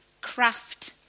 craft